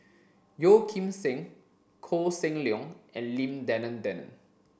Yeo Kim Seng Koh Seng Leong and Lim Denan Denon